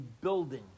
building